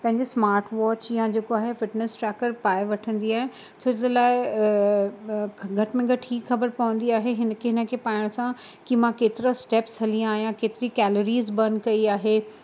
पंहिंजे smart watch या जेको आहे फिटनेस ट्रैकर पाए वठंदी आहियां छोजे लाइ घटि में घटि हीउ ख़बर पवंदी आहे हिन खे हिन खे पाइण सां कि मां केतिरा स्टैप्स हली आहियां केतिरी कैलरीज़ बन कई आहे